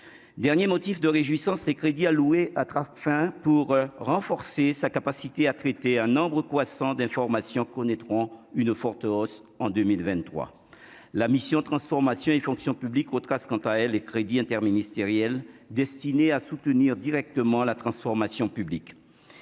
dernier motif de réjouissance, les crédits alloués à Tracfin pour renforcer sa capacité à traiter un nombre croissant d'informations connaîtront une forte hausse en 2023 la mission transformation et fonction publique aux traces, quant à elle, les crédits interministériels destinés à soutenir directement à la transformation publique